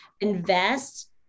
invest